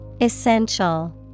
Essential